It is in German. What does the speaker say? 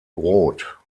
rot